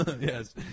yes